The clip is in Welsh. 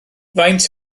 faint